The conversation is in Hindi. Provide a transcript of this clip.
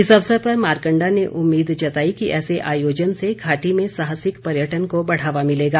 इस अवसर पर मारकण्डा ने उम्मीद जताई कि ऐसे आयोजन से घाटी में साहसिक पर्यटन को बढ़ावा मिलेगा